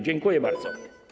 Dziękuję bardzo.